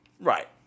Right